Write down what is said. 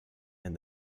and